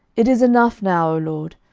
it is enough now, o lord,